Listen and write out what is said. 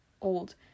old